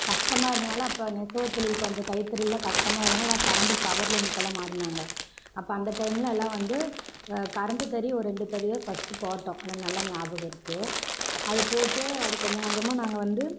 கஷ்டமாக இருந்ததினால அப்போ நெசவு தொழில் கொஞ்சம் கைத்தறிலாம் கஷ்டமாக இருந்ததினால எல்லாம் கரண்டு பவர்லூம்க்கு எல்லாம் மாறினாங்க அப்போ அந்த டைமில் எல்லாம் வந்து கரண்டு தறி ஒரு ரெண்டு தறியை ஃபஸ்ட்டு போட்டோம் எனக்கு நல்லா ஞாபகம் இருக்குது அது போட்டு அது கொஞ்சம் கொஞ்சமாக நாங்கள் வந்து